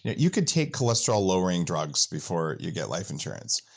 you could take cholesterol lowering drugs before you get life insurance,